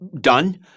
done